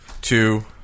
Two